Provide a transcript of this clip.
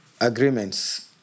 agreements